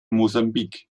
mosambik